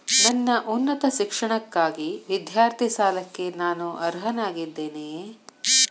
ನನ್ನ ಉನ್ನತ ಶಿಕ್ಷಣಕ್ಕಾಗಿ ವಿದ್ಯಾರ್ಥಿ ಸಾಲಕ್ಕೆ ನಾನು ಅರ್ಹನಾಗಿದ್ದೇನೆಯೇ?